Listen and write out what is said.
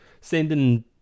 Sending